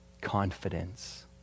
confidence